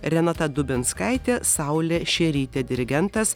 renata dubenskaitė saulė šerytė dirigentas